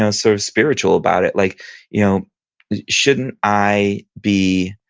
ah sort of spiritual about it. like you know shouldn't i be,